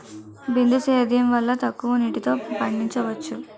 బిందు సేద్యం వల్ల తక్కువ నీటితో పండించవచ్చు